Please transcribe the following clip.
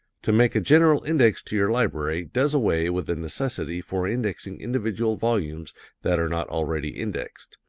to make a general index to your library does away with the necessity for indexing individual volumes that are not already indexed.